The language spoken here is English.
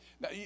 Now